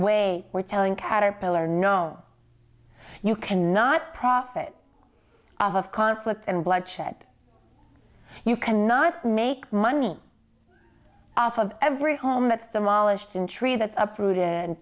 way we're telling caterpillar no you cannot profit off of conflict and bloodshed you cannot make money off of every home that's demolished in tree that's uprooted